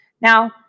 Now